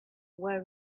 were